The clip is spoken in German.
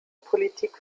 politik